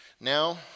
Now